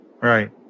Right